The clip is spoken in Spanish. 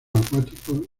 acuáticos